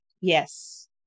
yes